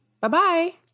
bye-bye